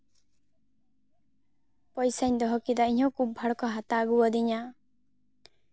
ᱯᱚᱭᱥᱟᱧ ᱫᱚᱦᱚ ᱠᱮᱫᱟ ᱤᱧ ᱦᱚᱸ ᱠᱩᱵ ᱵᱷᱟᱬ ᱠᱚ ᱦᱟᱛᱟᱣ ᱟᱹᱜᱩᱣᱟᱫᱤᱧᱟ